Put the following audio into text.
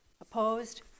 Opposed